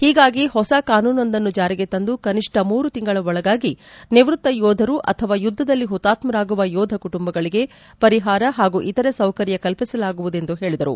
ಹೀಗಾಗಿ ಹೊಸ ಕಾನೂನುವೊಂದನ್ನು ಜಾರಿಗೆ ತಂದು ಕನಿಷ್ಟ ಮೂರು ತಿಂಗಳ ಒಳಗಾಗಿ ನಿವೃತ್ತ ಯೋಧರು ಅಥವಾ ಯುದ್ದದಲ್ಲಿ ಹುತಾತ್ಪರಾಗುವ ಯೋಧ ಕುಟುಂಬಗಳಿಗೆ ಪರಿಹಾರ ಹಾಗೂ ಇತರೆ ಸೌಕರ್ಯ ಕಲ್ಪಿಸಲಾಗುವುದು ಎಂದು ಹೇಳೀದರು